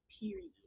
period